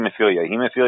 hemophilia